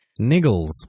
Niggles